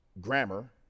grammar